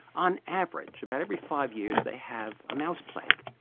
on average about every five years they have a mouse plague.